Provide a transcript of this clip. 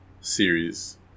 series